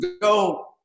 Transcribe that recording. go